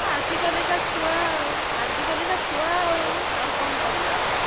ଆଜିକାଲିକା ଛୁଆ ଆଉ ଆଜିକାଲିକା ଛୁଆ ଆଉ ଆଉ କ'ଣ କରିବା ଆଉ